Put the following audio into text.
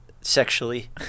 sexually